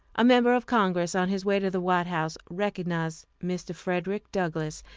a member of congress, on his way to the white house, recognized mr. frederick douglass,